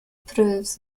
proves